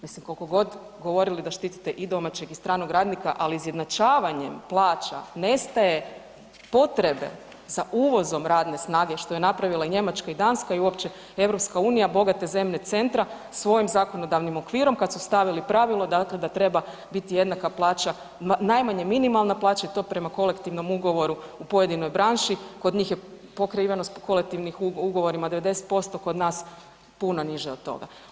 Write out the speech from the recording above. Mislim koliko god govorili da štitite i domaćeg i stranog radnika, ali izjednačavanjem plaća nestaje potrebe za uvozom radne snage što je napravila i Njemačka i Danska i uopće EU, bogate zemlje centra svojim zakonodavnim okvirom kad su stavili pravilo dakle da treba biti jednaka plaća, najmanje minimalna plaća i to prema kolektivnom ugovoru u pojedinoj branši, kod njih je pokriveno s kolektivnim ugovorima 90%, kod nas puno niže od toga.